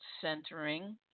centering